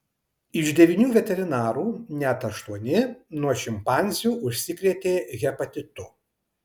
iš devynių veterinarų net aštuoni nuo šimpanzių užsikrėtė hepatitu